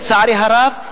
לצערי הרב,